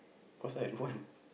cause I don't want